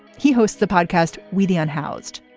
he hosts the podcast we the un housed.